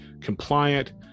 compliant